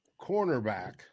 cornerback